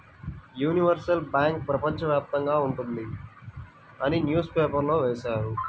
universal bank ప్రపంచ వ్యాప్తంగా ఉంటుంది అని న్యూస్ పేపర్లో వేశారు